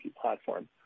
platform